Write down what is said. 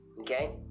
Okay